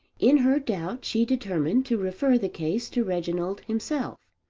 in her doubt she determined to refer the case to reginald himself,